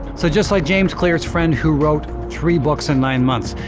so just like james clear's friend, who wrote three books in nine months,